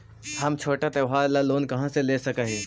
हम छोटा त्योहार ला लोन कहाँ से ले सक ही?